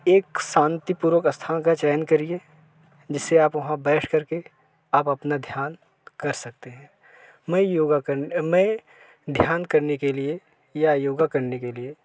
एक शांति पूर्वक स्थान का चयन करें जिससे आप वहाँ बैठ करके आप अपना ध्यान कर सकते हैं मैं योग कन मैं ध्यान करने के लिए या योगा करने के लिए